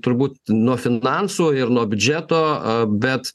turbūt nuo finansų ir nuo biudžeto bet